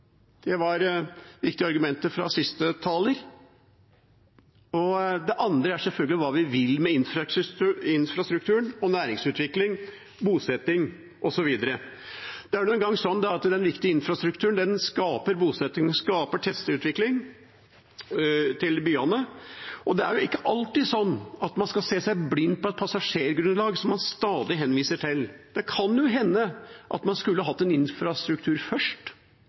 Det var viktige argumenter fra siste taler. Det andre er selvfølgelig hva vi vil med infrastruktur og næringsutvikling, bosetting, osv. Det er nå engang sånn at den viktige infrastrukturen skaper bosetting, den skaper tjenesteutvikling i byene. Det er ikke alltid sånn at man skal se seg blind på et passasjergrunnlag, som man stadig henviser til. Det kan jo hende man skulle hatt en infrastruktur først,